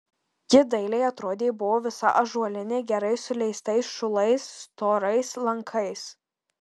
ji dailiai atrodė buvo visa ąžuolinė gerai suleistais šulais storais lankais